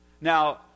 Now